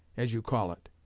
as you call it.